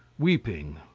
weeping,